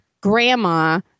grandma